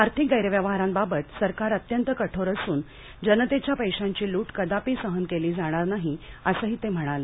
आर्थिक गैरव्यवहारांबाबत सरकार अत्यंत कठोर असून जनतेच्या पैशांची लूट कदापि सहन केली जाणार नाही असंही ते म्हणाले